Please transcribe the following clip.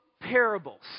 parables